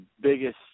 biggest